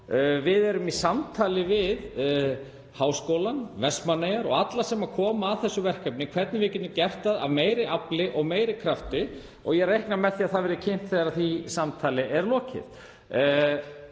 Við erum í samtali við Háskólann, Vestmannaeyjar og alla sem koma að þessu verkefni um hvernig við getum gert það af meira afli og meiri krafti og ég reikna með því að það verði kynnt þegar því samtali er lokið.